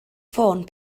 ffôn